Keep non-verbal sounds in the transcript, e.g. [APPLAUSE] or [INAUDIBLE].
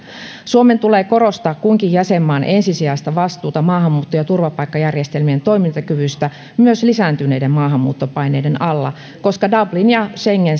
suomen tulee korostaa kunkin jäsenmaan ensisijaista vastuuta maahanmuutto ja turvapaikkajärjestelmien toimintakyvystä myös lisääntyneiden maahanmuuttopaineiden alla koska dublin ja schengen [UNINTELLIGIBLE]